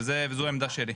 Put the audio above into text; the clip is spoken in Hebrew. וזו העמדה שלי.